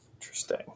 Interesting